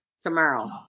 tomorrow